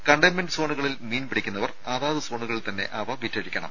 containment സോണുകളിൽ മീൻ പിടിക്കുന്നവർ അതാത് സോണുകളിൽ തന്നെ അവ വിറ്റഴിക്കണം